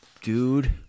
dude